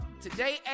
today